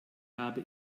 habe